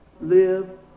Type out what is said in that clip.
live